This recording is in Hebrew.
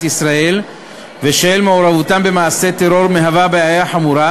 ישראל ושל מעורבותם במעשי טרור מהווה בעיה חמורה,